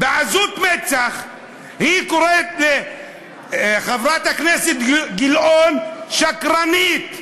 בעזות מצח היא קוראת לחברת הכנסת גלאון שקרנית.